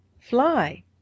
Fly